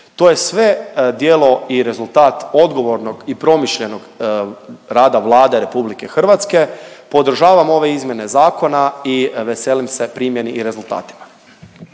To je sve djelo i rezultat odgovornog i promišljenog rada Vlade RH. Podržavam ove izmjene zakona i veselim se primjeni i rezultatima.